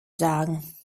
sagen